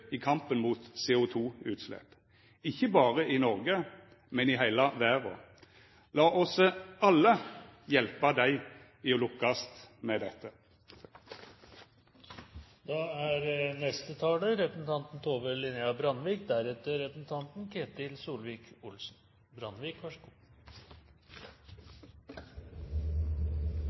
i kampen mot CO2-utslepp – ikkje berre i Noreg, men i heile verda. Lat oss alle hjelpa dei i å lukkast med det. Fullskalarensing av varmekraftverket på Mongstad er